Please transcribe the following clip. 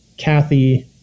Kathy